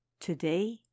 Today